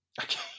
okay